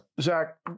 Zach